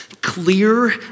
Clear